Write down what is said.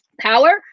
power